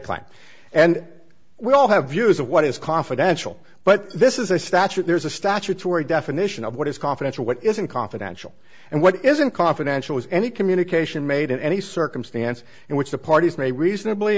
client and we all have views of what is confidential but this is a statute there's a statutory definition of what is confidential what isn't confidential and what isn't confidential is any communication made in any circumstance in which the parties may reasonably